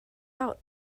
out